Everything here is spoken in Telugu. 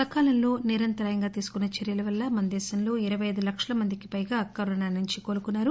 సకాలంలో నిరంతరాయంగా తీసుకున్న చర్యల వల్ల మన దేశంలో ఇరపై అయిదు లక్షల మందికి పైగా కరుణించి కోలుకున్నారు